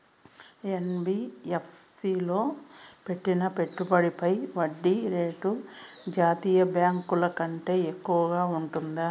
NBFC లో పెట్టిన పెట్టుబడి పై వడ్డీ రేటు జాతీయ బ్యాంకు ల కంటే ఎక్కువగా ఉంటుందా?